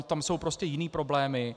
Tam jsou prostě jiné problémy.